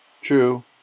true